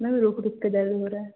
ma'am रुक रुक कर दर्द हो रहा है